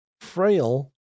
frail